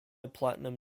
platinum